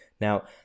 Now